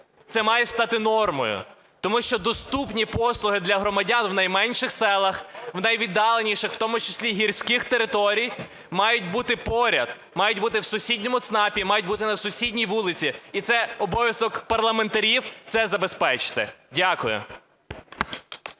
це має стати нормою. Тому що доступні послуги для громадян в найменших селах, в найвіддаленіших, в тому числі, гірських територій мають бути поряд – мають бути в сусідньому ЦНАПі, мають бути на сусідній вулиці. І це обов'язок парламентарів – це забезпечити. Дякую.